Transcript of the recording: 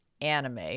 anime